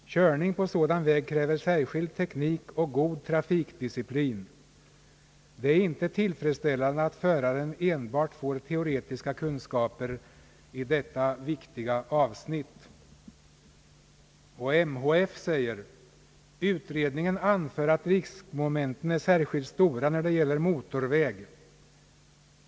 Körning på sådan väg kräver särskild teknik och god trafikdisciplin. Det är inte tillfredsställande att föraren enbart får teoretiska kunskaper i detta viktiga avsnitt.» Motorförarnas helnykterhetsförbund säger att utredningen anför att riskmomenten är särskilt stora när det gäller motorväg.